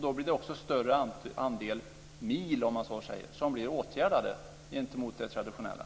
Då blir också andelen åtgärdade mil större i förhållande till det traditionella.